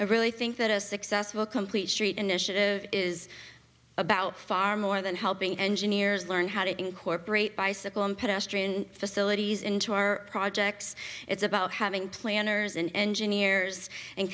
i really think that a successful complete street initiative is about far more than helping engineers learn how to incorporate bicycle and pedestrian facilities into our projects it's about having planners and juniors and